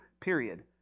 period